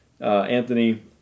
Anthony